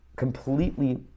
completely